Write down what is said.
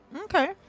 Okay